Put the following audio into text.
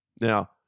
Now